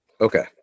Okay